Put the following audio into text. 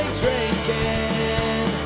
drinking